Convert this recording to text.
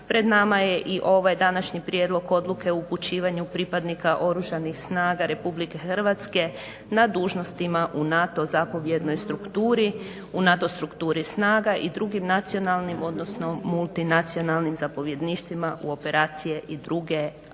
pred nama je i ovaj današnji prijedlog odluke o upućivanju pripadnika oružanih snaga RH na dužnostima u NATO zapovjednoj strukturi, u NATO strukturi snaga i drugim nacionalnim odnosno multinacionalnim zapovjedništvima u operacije i druge aktivnosti